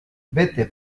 vete